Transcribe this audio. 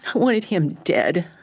wanted him dead.